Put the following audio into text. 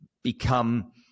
become